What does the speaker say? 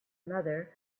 mother